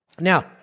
Now